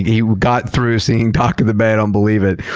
he got through singing dock of the bay i don't believe it.